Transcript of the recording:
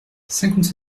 cinquante